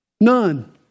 None